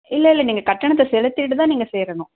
இல்லை இல்லை நீங்கள் கட்டணத்தை செலுத்திவிட்டு தான் நீங்கள் சேரணும்